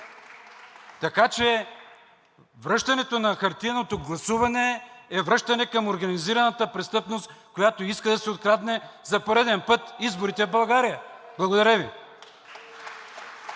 Така че връщането на хартиеното гласуване е връщане към организираната престъпност, която иска да си открадне за пореден път изборите в България. Благодаря Ви.